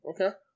okay